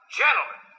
gentlemen